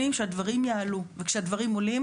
שהדברים יעלו, וכשהדברים עולים